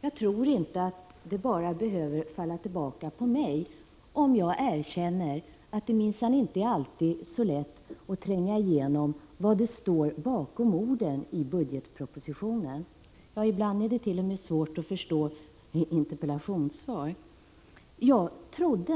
Jag tror inte att det behöver falla tillbaka bara på mig om jag erkänner att det minsann inte alltid är så lätt att tränga igenom texten i budgetpropositionen och förstå innebörden bakom orden. Ibland är det t.o.m. svårt att förstå ett interpellationssvar.